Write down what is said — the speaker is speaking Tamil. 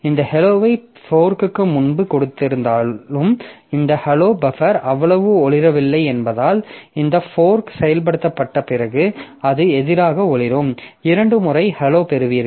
இந்த helloவை ஃபோர்க்கு முன்பு கொடுத்திருந்தாலும் இந்த hello பஃபர் அவ்வளவு ஒளிரவில்லை என்பதால் இந்த ஃபோர்க் செயல்படுத்தப்பட்ட பிறகு அது எதிராக ஒளிரும் இரண்டு முறை hello பெறுவீர்கள்